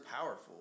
powerful